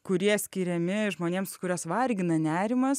kurie skiriami žmonėms kuriuos vargina nerimas